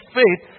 faith